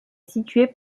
située